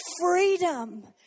freedom